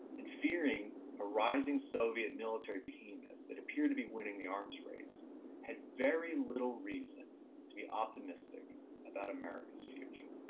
and fearing arising soviet military behemoths behemoths that appear to be winning the arms race had very little reason to be optimistic about america's future.